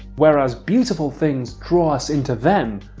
whereas beautiful things draw us into them,